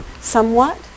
somewhat